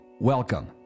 Welcome